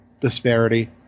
disparity